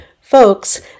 Folks